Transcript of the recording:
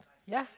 ya